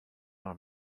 our